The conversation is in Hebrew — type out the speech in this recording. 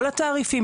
כל התעריפים,